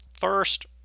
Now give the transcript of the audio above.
First